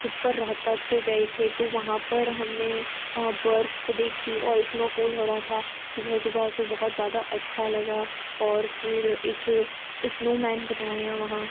ऊपर रोहतक पर गए थे तो वहाँ पर हमने बर्फ़ देखी और इस्नों फोल हो रहा था सुबह सुबह तो बहुत ज़्यादा अच्छा लगा और फ़िर एक इस्नों मैन बनाया वहाँ